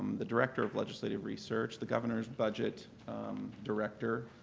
the director of legislative research, the governor's budget director.